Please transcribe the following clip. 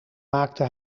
maakte